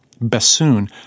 bassoon